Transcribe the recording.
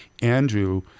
Andrew